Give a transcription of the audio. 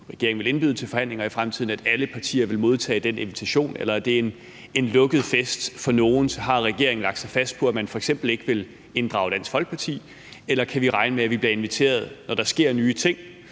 regeringen vil indbyde til forhandlinger i fremtiden, og at alle partier vil modtage den invitation? Eller er det en lukket fest for nogle? Har regeringen lagt sig fast på, at man f.eks. ikke vil inddrage Dansk Folkeparti, eller kan vi regne med, at vi bliver inviteret, når der sker nye ting?